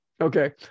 okay